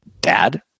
dad